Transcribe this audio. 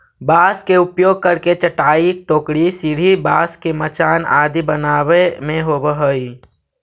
बाँस के उपयोग करके चटाई, टोकरी, सीढ़ी, बाँस के मचान आदि बनावे में होवऽ हइ